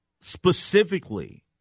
specifically